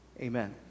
Amen